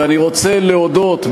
ואני רוצה להודות,